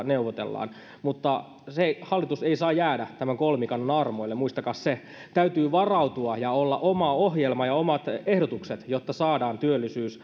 neuvotellaan mutta hallitus ei saa jäädä tämän kolmikannan armoille muistakaa se täytyy varautua ja olla oma ohjelma ja omat ehdotukset jotta saadaan työllisyys